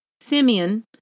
Simeon